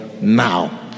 now